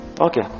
Okay